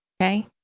Okay